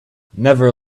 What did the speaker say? never